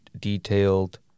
detailed